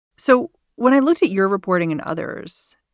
so when i looked at your reporting and others,